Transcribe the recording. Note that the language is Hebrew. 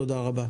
תודה רבה.